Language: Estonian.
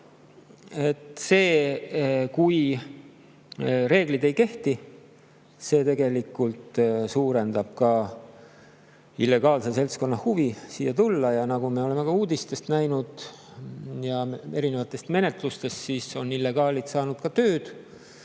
See, kui reeglid ei kehti, tegelikult suurendab ka illegaalse seltskonna huvi siia tulla ja nagu me oleme uudistest näinud ja erinevatest menetlustest, on illegaalid saanud ka tööd,